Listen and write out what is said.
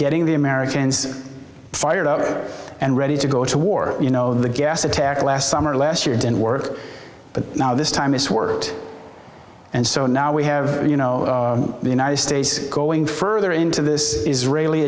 getting the americans fired up and ready to go to war you know the gas attack last summer last year didn't work but now this time it's worked and so now we have you know the united states is going further into this israeli